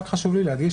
רק חשוב לי להגיד,